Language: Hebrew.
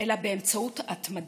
אלא באמצעות התמדה.